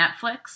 Netflix